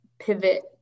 pivot